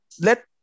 let